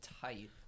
tight